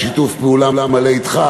בשיתוף פעולה מלא אתך,